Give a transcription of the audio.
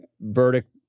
verdict